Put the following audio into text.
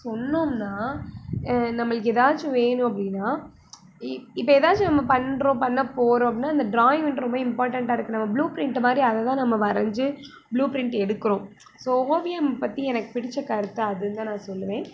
சொன்னோம்னா நம்மளுக்கு ஏதாச்சும் வேணும் அப்படின்னா இப்போ ஏதாச்சும் நம்ம பண்ணுறோம் பண்ண போகிறோம் அப்படின்னா அந்த ட்ராயிங் வந்துட்டு ரொம்ப இம்பார்ட்டன்ட்டாக இருக்குது நம்ம ப்ளூ ப்ரிண்ட்டு மாதிரி அதை தான் நம்ம வரைஞ்சு ப்ளூ ப்ரிண்ட்டு எடுக்கிறோம் ஸோ ஓவியம் பற்றி எனக்கு பிடித்த கருத்தாக அதுன்னு தான் நான் சொல்வேன்